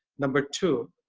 number two,